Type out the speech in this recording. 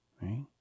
Right